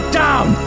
down